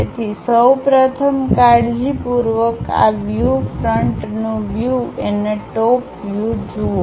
તેથી સૌ પ્રથમ કાળજીપૂર્વક આ વ્યૂ ફ્રન્ટનું વ્યૂ અને ટોપ વ્યૂ જુઓ